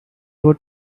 would